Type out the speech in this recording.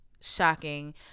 shocking